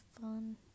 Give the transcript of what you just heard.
fun